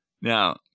Now